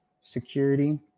security